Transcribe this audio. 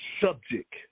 subject